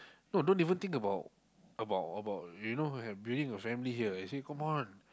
no don't even think about about about you know building a family here I say come on